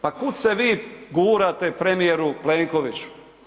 Pa kud se vi gurate, premijeru Plenkoviću?